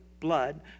blood